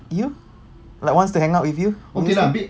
you like wants to hang out with you do you still